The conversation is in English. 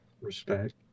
Respect